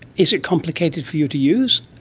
is it complicated for you to use?